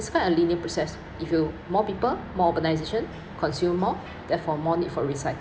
it's quite a linear process if you more people more organisation consumer more therefore more need for recy~